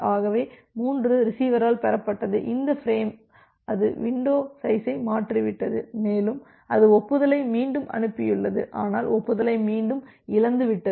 ஆகவே 3 ரிசிவரால் பெறப்பட்டது அந்த ஃபிரேம் அது வின்டோ சைஸை மாற்றிவிட்டது மேலும் அது ஒப்புதலை மீண்டும் அனுப்பியுள்ளது ஆனால் ஒப்புதலை மீண்டும் இழந்துவிட்டது